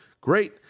great